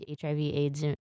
HIV-AIDS